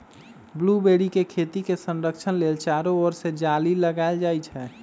blueberry के खेती के संरक्षण लेल चारो ओर से जाली लगाएल जाइ छै